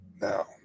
Now